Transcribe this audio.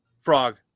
Frog